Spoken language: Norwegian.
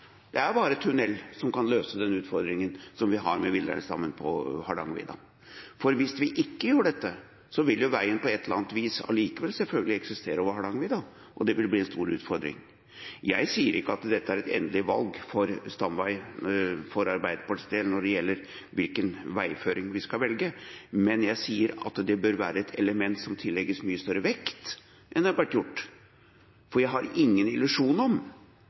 Det er bare tunnel som kan løse utfordringen vi har med villreinstammen på Hardangervidda. For hvis vi ikke gjør dette, vil jo veien på et eller annet vis allikevel selvfølgelig eksistere over Hardangervidda, og det vil bli en stor utfordring. Jeg sier ikke at dette er et endelig valg av stamvei for Arbeiderpartiets del når det gjelder hvilken veiføring vi skal velge, men jeg sier at det bør være et element som tillegges mye større vekt enn det har vært gjort. For jeg har ingen illusjon om